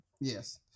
Yes